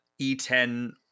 e10